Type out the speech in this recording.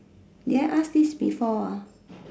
did I ask this before ah